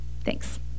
Thanks